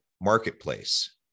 marketplace